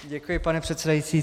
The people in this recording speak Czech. Děkuji, pane předsedající.